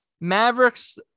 Mavericks